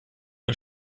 ein